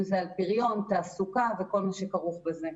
אם זה על פריון, תעסוקה וכל מה שכרוך בזה.